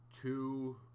two